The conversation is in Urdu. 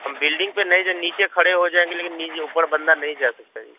ہم بلڈنگ پہ نہیں نیچے کھڑے ہو جائیں گے لیکن نیچے اُوپر بندہ نہیں جا سکتا ہے جی